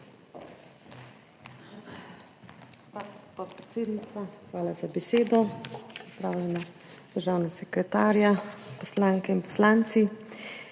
hvala za besedo. Pozdravljeni, državna sekretarja, poslanke in poslanci!